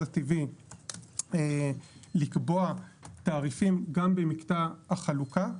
הטבעי לקבוע תעריפים גם במקטע החלוקה.